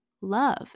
love